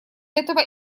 этого